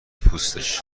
پوستش